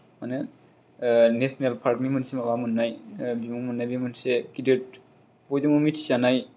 माने नेशनेल पार्कनि मोनसे माबा मोन्नाय बिमुं मोन्नाय बे मोनसे गिदिर बयजोंबो मिथिजानाय